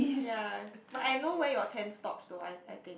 ya but I know where your ten stop so I I think